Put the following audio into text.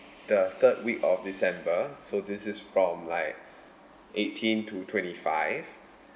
the third week of december so this is from like eighteen to twenty-five